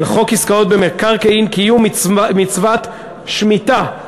חוק עסקאות במקרקעין (קיום מצוות שמיטה),